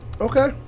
Okay